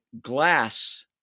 glass